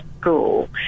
school